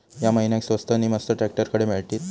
या महिन्याक स्वस्त नी मस्त ट्रॅक्टर खडे मिळतीत?